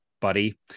buddy